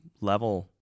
level